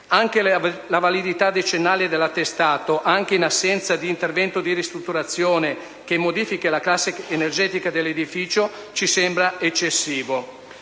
Anche la validità decennale dell'attestato, pure in assenza di intervento di ristrutturazione che modifichi la classe energetica dell'edificio, ci sembra eccessiva.